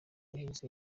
yahise